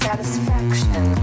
Satisfaction